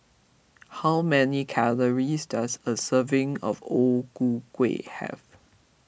how many calories does a serving of O Ku Kueh have